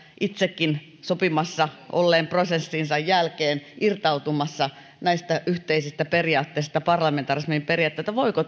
itsekin sopimassa olleina prosessin jälkeen irtautumassa näistä yhteisistä periaatteista parlamentarismin periaatteista voiko